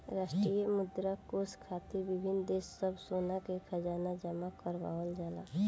अंतरराष्ट्रीय मुद्रा कोष खातिर विभिन्न देश सब सोना के खजाना जमा करावल जाला